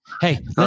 Hey